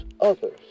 others